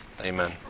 Amen